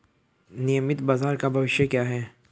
नियमित बाजार का भविष्य क्या है?